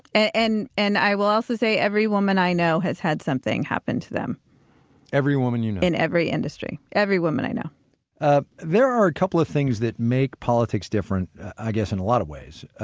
and and i will also say every woman i know has had something happen to them every woman you know? in every industry. every woman i know ah there are a couple of things that make politics different, i guess in a lot of ways,